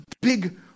big